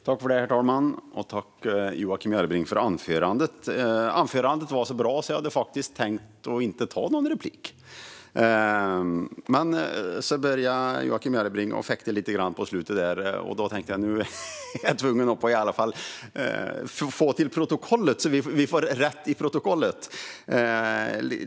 Herr talman! Tack, Joakim Järrebring, för anförandet! Det var så bra att jag faktiskt inte hade tänkt begära någon replik. Men så började Joakim Järrebring att fäkta lite grann på slutet, och då tänkte jag att det i alla fall ska bli rätt i protokollet!